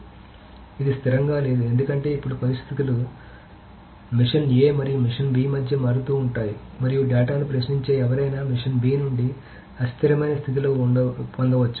కాబట్టి ఇది స్థిరంగా లేదు ఎందుకంటే ఇప్పుడు పరిస్థితులు మెషిన్ ఎ మరియు మెషిన్ బి మధ్య మారుతూ ఉంటాయి మరియు డేటాను ప్రశ్నించే ఎవరైనా మెషిన్ బి నుండి అస్థిరమైన స్థితిలో పొందవచ్చు